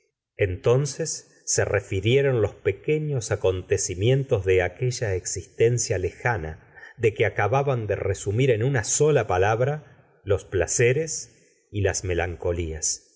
entonces se refirieron los pequeños acontecimientos de aquella existencia lejana de que a cababan de resumir en una sola palabra los placeres y las melancolías